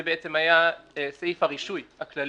זה בעצם היה סעיף הרישוי הכללי,